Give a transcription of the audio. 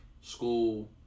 school